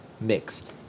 mixed